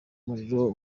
umuriro